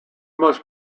most